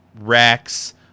Rex